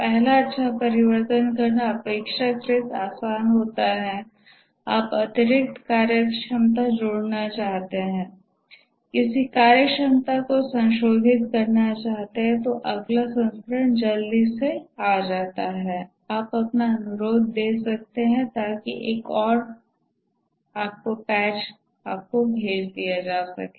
पहला अच्छा परिवर्तन करना अपेक्षाकृत आसान है आप अतिरिक्त कार्यक्षमता जोड़ना चाहते हैं किसी कार्यक्षमता को संशोधित करना चाहते हैं तो अगला संस्करण जल्दी से आ जाता है आप अपना अनुरोध दे सकते हैं ताकि और एक पैच आपको भेज सकें